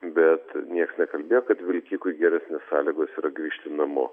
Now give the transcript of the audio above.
bet nieks nekalbėjo kad vilkikui geresnės sąlygos yra grįžti namo